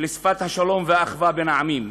לשפת השלום והאחווה בין העמים.